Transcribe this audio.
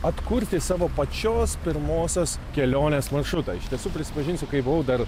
atkurti savo pačios pirmosios kelionės maršrutą iš tiesų prisipažinsiu kai buvau dar